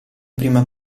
prima